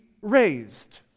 raised